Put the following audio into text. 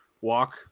walk